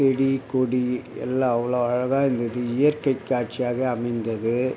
செடி கொடி எல்லாம் அவ்வளோ அழகாக நிறைய இயற்கை காட்சியாக அமைந்தது